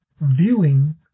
viewing